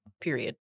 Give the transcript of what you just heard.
period